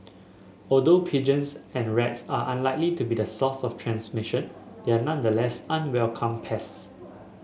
although pigeons and rats are unlikely to be the source of the transmission they are nonetheless unwelcome pests